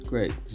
Great